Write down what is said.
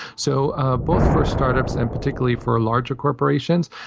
so ah both for start-ups and particularly for larger corporations,